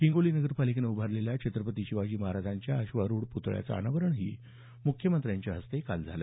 हिंगोली नगरपालिकेनं उभारलेल्या छत्रपती शिवाजी महाराजांच्या अश्वारुढ पुतळ्याचं अनावरणही मुख्यमंत्र्यांच्या हस्ते झालं